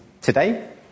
today